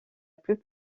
plus